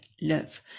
love